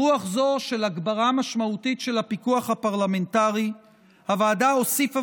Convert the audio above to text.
ברוח זו של הגברה משמעותית של הפיקוח הפרלמנטרי הוועדה הוסיפה